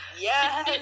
Yes